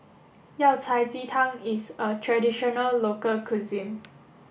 Yao Cai Ji Tang is a traditional local cuisine